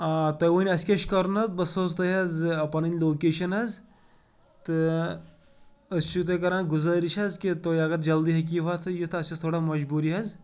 آ تۄہہِ ؤنۍ اَسہِ کیٛاہ چھُ کَرُن حظ بہٕ سوزٕ تۄہہِ حظ پَنٕنۍ لوکیشَن حظ تہٕ أسۍ چھِو تُہۍ کَران گُزٲرِش حظ کہِ تُہۍ اگر جلدی ہیٚکہِو یِتھ اَسہِ ٲس تھوڑا مجبوٗری حظ